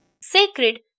sacred